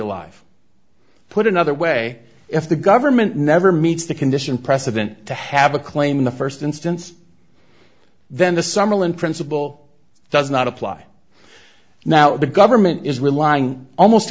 alive put another way if the government never meets the condition precedent to have a claim in the st instance then the summerland principle does not apply now the government is relying almost